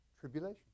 tribulation